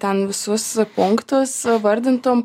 ten visus punktus vardintum